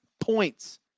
points